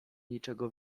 niczego